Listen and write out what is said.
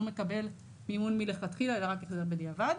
מקבל מימון מלכתחילה אלא רק החזר בדיעבד.